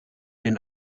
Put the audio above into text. den